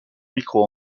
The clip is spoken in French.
micro